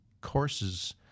courses